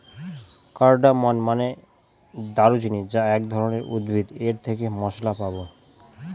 cardamom মানে দারুচিনি যা এক ধরনের উদ্ভিদ এর থেকে মসলা পাবো